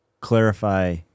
clarify